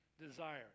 desire